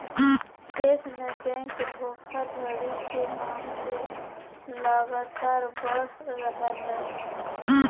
देश में बैंक धोखाधड़ी के मामले लगातार बढ़ रहलय